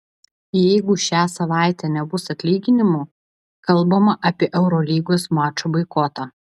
jeigu šią savaitę nebus atlyginimų kalbama apie eurolygos mačo boikotą